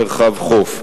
מרחב חוף.